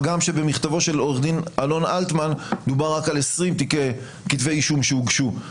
הגם שבמכתבו של עורך דין אלון אלטמן דובר רק על 20 כתבי אישום שהוגשו,